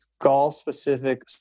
golf-specific